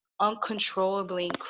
uncontrollably